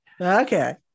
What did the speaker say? Okay